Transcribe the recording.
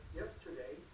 yesterday